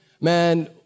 man